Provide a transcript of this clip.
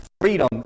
freedom